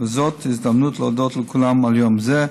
וזאת ההזדמנות להודות לכולם על יום זה.